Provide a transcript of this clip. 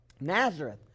Nazareth